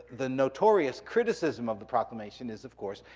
the notorious criticism of the proclamation is, of course,